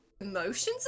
emotions